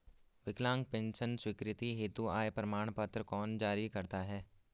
विकलांग पेंशन स्वीकृति हेतु आय प्रमाण पत्र कौन जारी करता है?